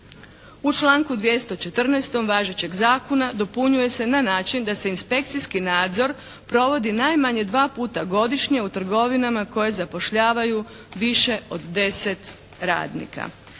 U članku 214. važećeg zakona dopunjuje se na način da se inspekcijski nadzor provodi najmanje dva puta godišnje u trgovinama koje zapošljavaju više od deset radnika.